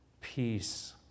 peace